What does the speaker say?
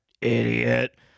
idiot